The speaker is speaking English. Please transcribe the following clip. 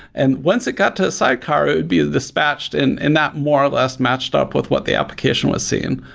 and once it got to the sidecar, it would be dispatched and and that more or less matched up with what the application was seeing.